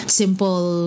simple